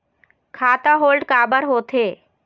खाता होल्ड काबर होथे?